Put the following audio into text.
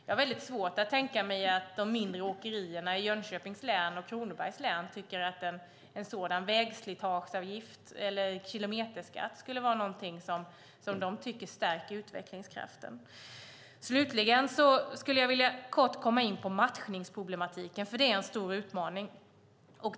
Jag har väldigt svårt att tänka mig att de mindre åkerierna i Jönköpings län och Kronobergs län tycker att en sådan vägslitageavgift eller kilometerskatt skulle vara någonting som de tycker stärker utvecklingskraften. Slutligen vill jag kort komma in på matchningsproblematiken. Det är en stor utmaning.